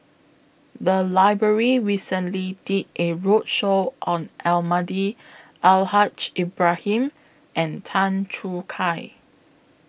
The Library recently did A roadshow on Almahdi Al Haj Ibrahim and Tan Choo Kai